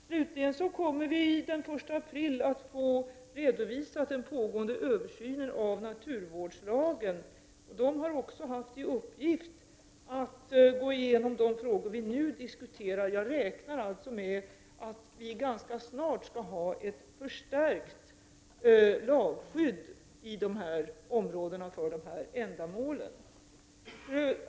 Jag vill påpeka att den pågående översynen av naturvårdslagen kommer att redovisas den 1 april. De som står för översynen har även haft i uppgift att gå igenom de frågor vi nu diskuterar. Jag räknar alltså med att det ganska snart skall finnas ett förstärkt lagskydd för dessa ändamål i dessa områden.